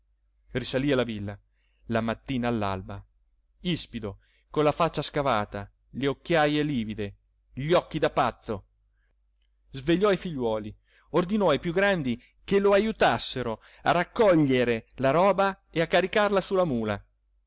rivale risalì alla villa la mattina all'alba ispido con la faccia scavata le occhiaje livide gli occhi da pazzo svegliò i figliuoli ordinò ai più grandi che lo ajutassero a raccogliere la roba e a caricarla su la mula